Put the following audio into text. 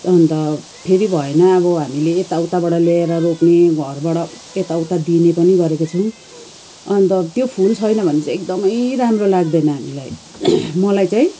अन्त फेरि भएन हामीले यताउताबाट ल्याएर रोप्ने घरबाट यताउता दिने पनि गरेको छौँ अन्त त्यो फुल छैन भने चाहिँ एकदमै राम्रो लाग्दैन हामीलाई मलाई चाहिँ